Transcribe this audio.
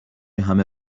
همه